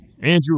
Andrew